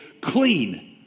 clean